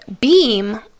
beam